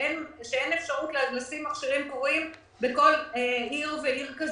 ואין אפשרות לשים מכשירים קבועים בכל עיר ועיר.